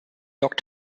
york